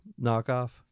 knockoff